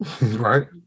Right